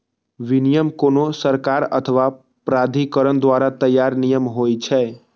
विनियम कोनो सरकार अथवा प्राधिकरण द्वारा तैयार नियम होइ छै